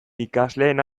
ikasleen